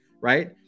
right